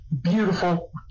Beautiful